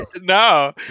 No